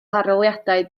arholiadau